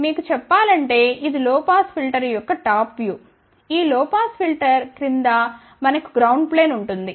మీకు చెప్పాలంటే ఇది లో పాస్ ఫిల్టర్ యొక్క టాప్ వ్యూ ఈ లో పాస్ ఫిల్టర్ క్రింద మనకు గ్రౌండ్ ప్లేన్ ఉంటుంది